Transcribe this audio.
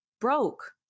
broke